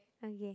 okay